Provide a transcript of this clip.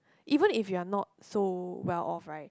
even if you are not so well off right